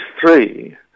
three